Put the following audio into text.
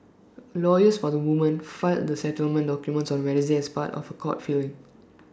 lawyers for the women filed the settlement documents on Wednesday as part of A court filing